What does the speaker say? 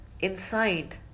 inside